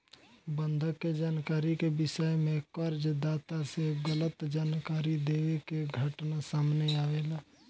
बंधक के जानकारी के विषय में कर्ज दाता से गलत जानकारी देवे के घटना सामने आवेला